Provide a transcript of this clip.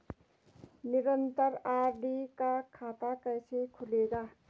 निरन्तर आर.डी का खाता कैसे खुलेगा?